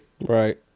Right